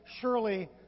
surely